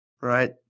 Right